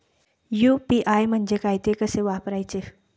UPI म्हणजे काय, ते कसे वापरायचे?